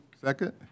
Second